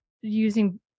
using